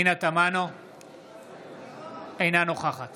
אינה נוכחת